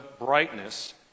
brightness